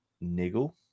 niggle